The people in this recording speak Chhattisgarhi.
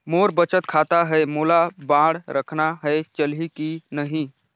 मोर बचत खाता है मोला बांड रखना है चलही की नहीं?